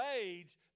age